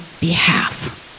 behalf